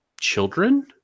children